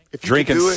Drinking